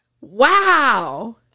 Wow